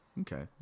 Okay